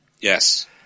yes